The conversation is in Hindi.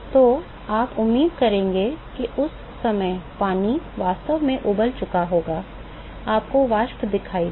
तो आप उम्मीद करेंगे कि उस समय पानी वास्तव में उबल चुका होगा आपको वाष्प दिखाई देगी